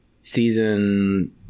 season